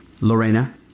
Lorena